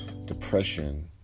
depression